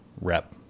rep